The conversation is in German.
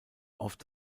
oft